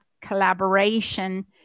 collaboration